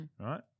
right